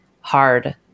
hard